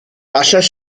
allech